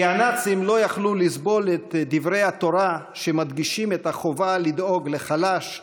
כי הנאצים לא יכלו לסבול את דברי התורה שמדגישים את החובה לדאוג לחלש,